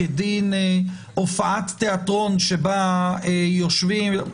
כדין הופעת תיאטרון שבה יושבים.